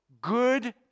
Good